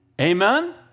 Amen